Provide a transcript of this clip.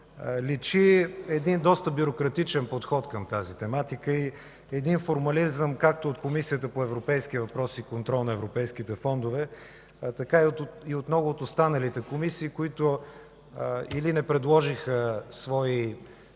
личи един доста бюрократичен подход към тази тематика и един формализъм както от Комисията по европейски въпроси и контрол на европейските фондове, така и от много от останалите комисии, които или не предложиха свои